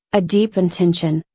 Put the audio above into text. a deep intention,